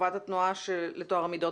חברת התנועה לטוהר המידות.